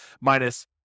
minus